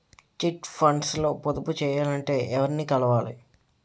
Chit funds లో పొదుపు చేయాలంటే ఎవరిని కలవాలి?